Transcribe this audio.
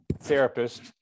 therapist